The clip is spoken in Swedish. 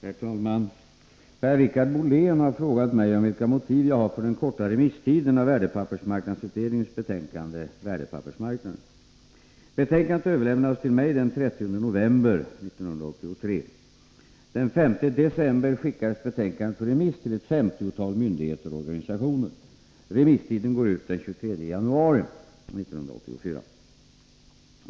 Herr talman! Per-Richard Molén har frågat mig om vilka motiv jag har för den korta remisstiden av värdepappersmarknadsutredningens betänkande Värdepappersmarknaden. Betänkandet överlämnades till mig den 30 november 1983. Den 5 december skickades betänkandet på remiss till ett femtiotal myndigheter och organisationer. Remisstiden går ut den 23 januari 1984.